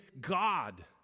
God